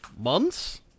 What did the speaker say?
months